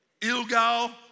Ilgal